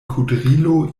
kudrilo